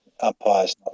umpires